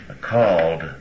called